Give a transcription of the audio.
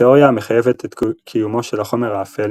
התאוריה המחייבת את קיומו של החומר האפל